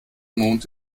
mond